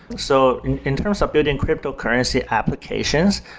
so in terms of building cryptocurrency applications,